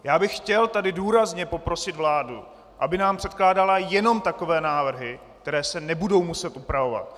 Já bych tady chtěl důrazně poprosit vládu, aby nám předkládala jenom takové návrhy, které se nebudou muset opravovat.